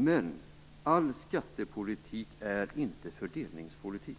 Men all skattepolitik är inte fördelningspolitik.